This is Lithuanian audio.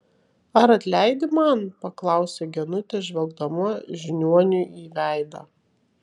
ar atleidi man paklausė genutė žvelgdama žiniuoniui į veidą